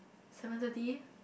seven thirty